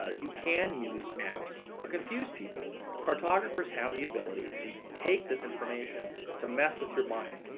you can use maps to confuse people, cartographers have the ability to take this information to mess with your mind.